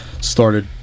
started